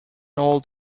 old